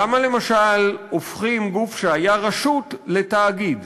למה, למשל, הופכים גוף שהיה רשות לתאגיד?